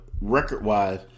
record-wise